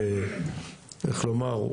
שאיך לומר,